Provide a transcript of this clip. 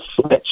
switch